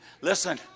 Listen